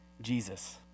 Jesus